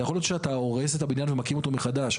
יכול להיות שאתה הורס את הבניין ומקים אותו מחדש.